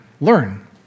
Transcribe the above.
learn